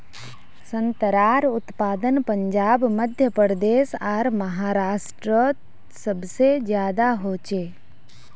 संत्रार उत्पादन पंजाब मध्य प्रदेश आर महाराष्टरोत सबसे ज्यादा होचे